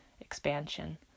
expansion